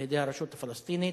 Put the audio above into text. על-ידי הרשות הפלסטינית,